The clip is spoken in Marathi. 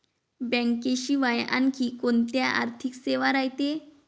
बँकेशिवाय आनखी कोंत्या आर्थिक सेवा रायते?